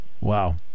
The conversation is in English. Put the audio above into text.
wow